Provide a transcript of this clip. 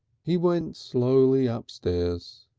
he went slowly upstairs.